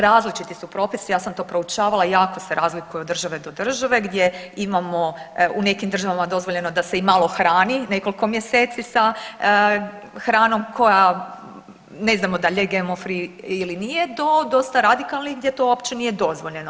Različiti su propisi, ja sam to proučavala, jako se razlikuju od države do države gdje imamo u nekim državama dozvoljeno da se i malo hrani nekoliko mjeseci sa hranom koja ne znamo da li je GMO free ili nije do dosta radikalnih gdje to uopće nije dozvoljeno.